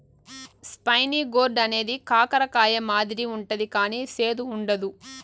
spiny gourd అనేది కాకర కాయ మాదిరి ఉంటది కానీ సేదు ఉండదు